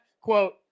quote